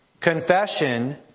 Confession